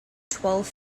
twelve